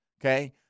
Okay